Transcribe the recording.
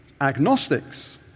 agnostics